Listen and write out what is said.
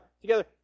together